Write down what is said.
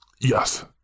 Yes